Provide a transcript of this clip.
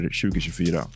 2024